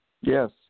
Yes